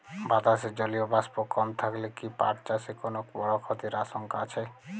বাতাসে জলীয় বাষ্প কম থাকলে কি পাট চাষে কোনো বড় ক্ষতির আশঙ্কা আছে?